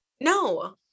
no